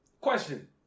Question